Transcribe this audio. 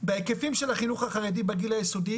בהיקפים של החינוך החרדי בגיל היסודי.